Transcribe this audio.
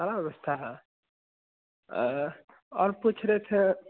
सारा व्यवस्था है और पूछ रहे थे